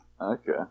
Okay